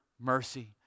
mercy